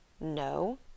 No